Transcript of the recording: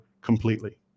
completely